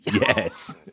yes